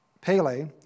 pele